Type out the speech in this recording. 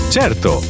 certo